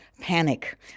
panic